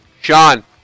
Sean